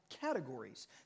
categories